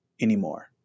anymore